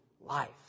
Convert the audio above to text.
life